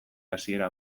hasiera